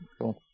Cool